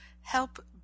help